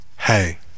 Hey